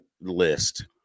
list